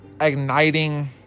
igniting